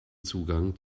zugang